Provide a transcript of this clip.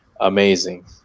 amazing